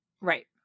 Right